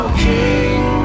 king